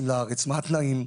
מה התנאים,